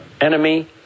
enemy